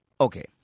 okay